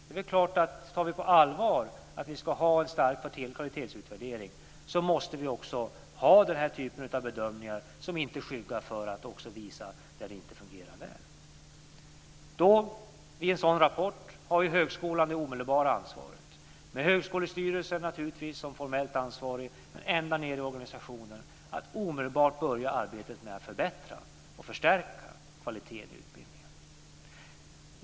Det är väl klart att om vi tar på allvar att vi ska ha en stark kvalitetsutvärdering så måste vi också ha den här typen av bedömningar som inte skyggar för att också visa det som inte fungerar väl. I en sådan rapport har högskolan det omedelbara ansvaret, med högskolestyrelsen som formellt ansvarig, men ända ned i organisationen, att omedelbart börja arbetet med att förbättra och förstärka kvaliteten i utbildningen.